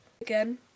again